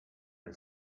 che